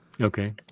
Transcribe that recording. okay